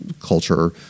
culture